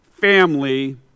family